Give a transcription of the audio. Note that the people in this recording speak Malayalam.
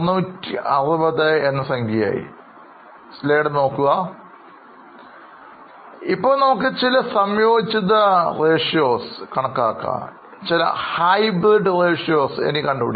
Now let us calculate some of the ഇപ്പോഴും നമുക്ക് ചില സംയോജിത അനുപാതങ്ങൾ കണക്കാക്കാം